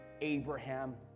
Abraham